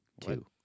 Two